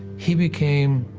he became